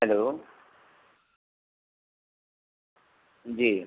hello जी